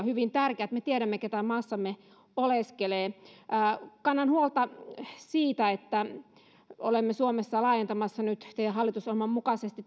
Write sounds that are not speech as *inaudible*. *unintelligible* hyvin tärkeää että me tiedämme keitä maassamme oleskelee kannan huolta siitä että olemme suomessa laajentamassa nyt teidän hallitusohjelmanne mukaisesti *unintelligible*